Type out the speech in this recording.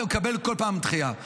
ומקבל דחייה כל פעם.